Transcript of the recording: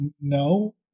No